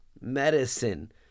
medicine